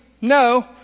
No